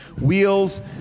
wheels